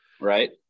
right